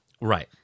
Right